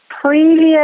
previous